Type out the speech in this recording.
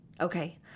Okay